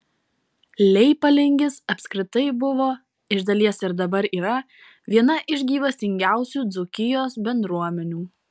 leipalingis apskritai buvo iš dalies ir dabar yra viena iš gyvastingiausių dzūkijos bendruomenių